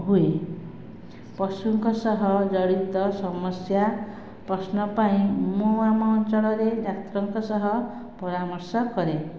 ହୁଏ ପଶୁଙ୍କ ଶହ ଜଡ଼ିତ ସମସ୍ଯା ପ୍ରଶ୍ନ ପାଇଁ ମୁଁ ଆମ ଅଞ୍ଚଳ ରେ ଡାକ୍ତର ଙ୍କ ଶହ ପରାମର୍ଶ କରେ